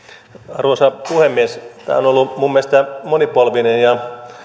arvoisa puhemies täällä on ollut minun mielestäni monipolvinen ja